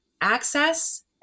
access